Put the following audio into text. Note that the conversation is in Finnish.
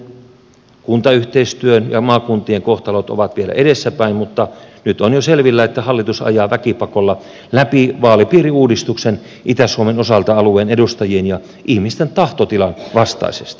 kuntien kuntayhteistyön ja maakuntien kohtalot ovat vielä edessäpäin mutta nyt on jo selvillä että hallitus ajaa väkipakolla läpi vaalipiiriuudistuksen itä suomen osalta alueen edustajien ja ihmisten tahtotilan vastaisesti